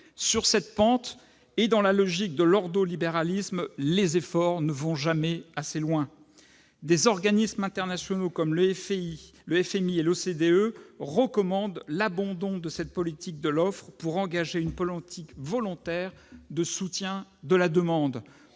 Sur cette pente et dans la logique de l'ordolibéralisme, les efforts ne vont jamais assez loin. Des organismes internationaux, comme le FMI et l'OCDE, recommandent l'abandon de cette politique de l'offre pour engager une politique volontaire de soutien de la demande.